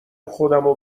خودمو